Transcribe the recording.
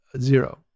zero